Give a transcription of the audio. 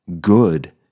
good